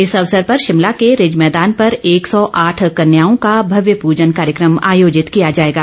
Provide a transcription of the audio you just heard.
इस अवसर पर शिमला के रिज मैदान पर एक सौ आठ कन्याओं का भव्य पूजन कार्यकम आयोजित किया जाएगी